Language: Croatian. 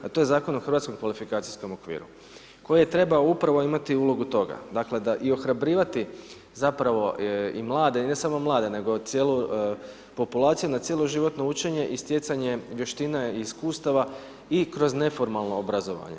A to je o hrvatskom kvalifikacijskom okviru koji je trebao upravo imati ulogu toga dakle i ohrabrivati zapravo i mlade i ne samo mlade nego cijelu populaciju na cjeloživotno učenje i stjecanje vještina i iskustava i kroz neformalno obrazovanje.